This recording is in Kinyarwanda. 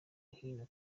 hino